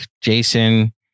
Jason